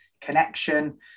connection